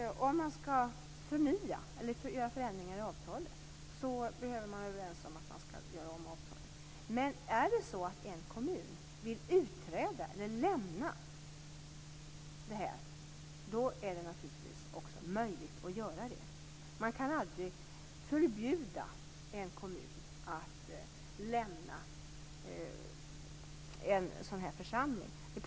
Det finns skrämmande redovisningar av vad som sker i andra län där konkurrensutsättningen leder till att chaufförerna i den egna länstrafiken blir arbetslösa medan ett annat län går in och övertar trafiken.